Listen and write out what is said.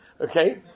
okay